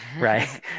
Right